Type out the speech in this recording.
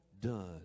done